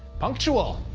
punctual.